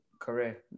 career